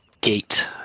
gate